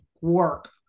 work